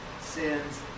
sins